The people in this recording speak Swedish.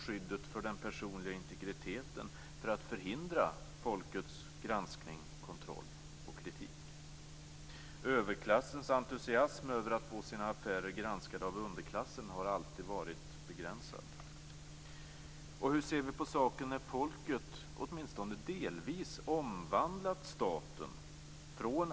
Samtidigt motionerade vi om behovet av en helt ny lagstiftning, en lagstiftning som bör vara en generellt tillämplig integritetslagstiftning som reglerar människors rätt till integritet, såväl i den offentliga som i den privata sfären.